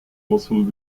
mossul